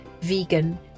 vegan